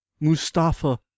Mustafa